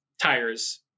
tires